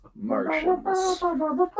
Martians